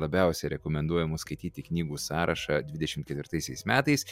labiausiai rekomenduojamų skaityti knygų sąrašą dvidešim ketvirtaisiais metais